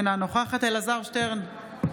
אינה נוכחת אלעזר שטרן,